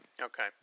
Okay